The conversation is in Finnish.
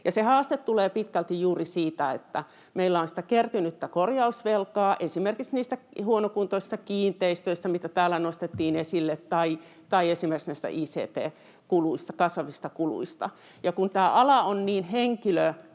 haaste tulee pitkälti juuri siitä, että meillä on sitä kertynyttä korjausvelkaa esimerkiksi niistä huonokuntoisista kiinteistöistä, mitä täällä nostettiin esille, tai esimerkiksi näistä kasvavista ict-kuluista. Kun tämä ala on niin henkilötyövoimavaltainen,